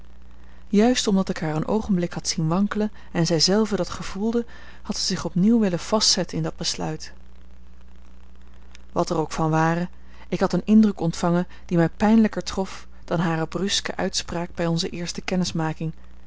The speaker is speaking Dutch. juist omdat ik haar een oogenblik had zien wankelen en zij zelve dat gevoelde had zij zich opnieuw willen vastzetten in dat besluit wat er ook van ware ik had een indruk ontvangen die mij pijnlijker trof dan hare bruske uitspraak bij onze eerste kennismaking